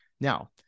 Now